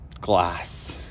glass